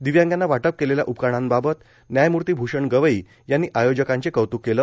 दिव्यांगांना वाटप केलेल्या उपकरणांबाबत न्यायमूर्ती भूषण गवई यांनी आयोजकांचे कौतुक केले